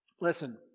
Listen